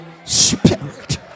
Spirit